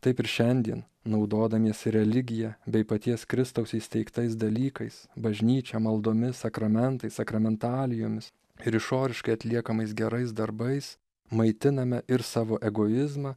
taip ir šiandien naudodamiesi religija bei paties kristaus įsteigtais dalykais bažnyčia maldomis sakramentais sakramentalijomis ir išoriškai atliekamais gerais darbais maitiname ir savo egoizmą